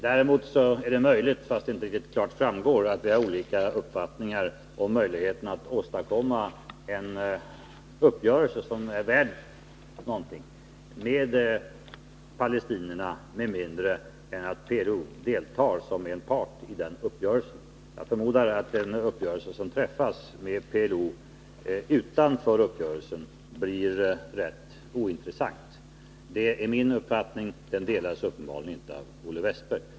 Däremot är det möjligt — fast det inte riktigt klart framgår — att vi har olika uppfattningar om möjligheten av att åstadkomma en uppgörelse, som är värd någonting, med palestinierna med mindre än att PLO deltar som en part i den uppgörelsen. Jag förmodar att en uppgörelse som träffas i Mellanösternkonflikten med PLO helt utanför blir rätt ointressant. Det är min uppfattning, men den kanske inte delas av Olle Wästberg.